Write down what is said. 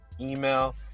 email